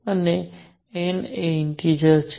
અને n એક integer છે